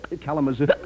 Kalamazoo